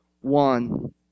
One